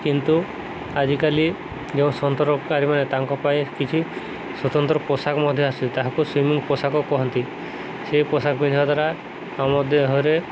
କିନ୍ତୁ ଆଜିକାଲି ଯେଉଁ ସନ୍ତରକାରାରୀମାନେ ତାଙ୍କ ପାଇଁ କିଛି ସ୍ଵତନ୍ତ୍ର ପୋଷାକ ମଧ୍ୟ ଆସୁେ ତାହାକୁ ସୁଇମିଂ ପୋଷାକ କୁହନ୍ତି ସେଇ ପୋଷାକ ପିନ୍ଧିବା ଦ୍ୱାରା ଆମ ଦେହରେ